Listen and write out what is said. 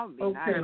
Okay